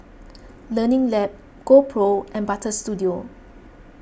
Learning Lab GoPro and Butter Studio